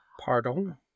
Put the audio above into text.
Pardon